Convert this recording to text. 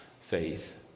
faith